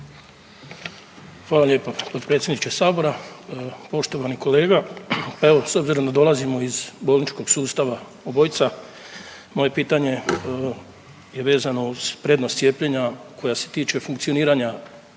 Hvala lijepa potpredsjedniče sabora. Poštovani kolega, evo s obzirom da dolazimo iz bolničkog sustava obojica, moje pitanje je vezano uz prednost cijepljenja koja se tiče funkcioniranja,